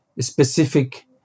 specific